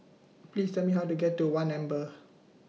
Please Tell Me How to get to one Amber